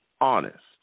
honest